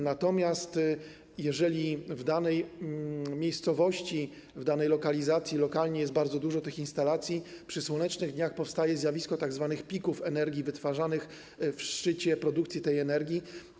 Natomiast jeżeli w danej miejscowości, w danej lokalizacji, lokalnie jest bardzo dużo tych instalacji, przy słonecznych dniach powstaje zjawisko tzw. pików energii wytwarzanych w szczycie produkcji tej energii.